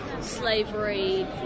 slavery